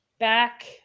back